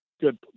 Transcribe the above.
good